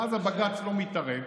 ואז בג"ץ לא מתערב,